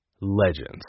Legends